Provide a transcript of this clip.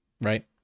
Right